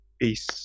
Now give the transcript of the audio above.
Peace